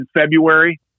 February